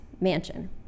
mansion